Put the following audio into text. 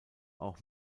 auch